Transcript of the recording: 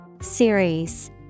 Series